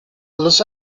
los